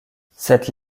cette